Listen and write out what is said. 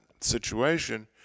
situation